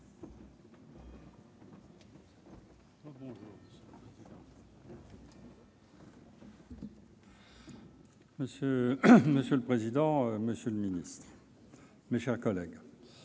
Monsieur le président, monsieur le ministre, mes chers collègues,